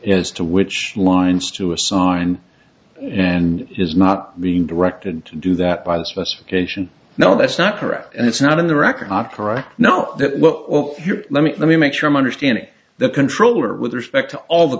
as to which lines to assign and his not being directed to do that by the specification no that's not correct and it's not in the record opera not that well here let me make sure i'm understanding the controller with respect to all the